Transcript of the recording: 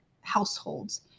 households